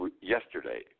Yesterday